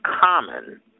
common